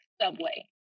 Subway